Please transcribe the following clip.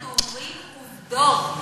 אנחנו אומרים עובדות.